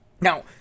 now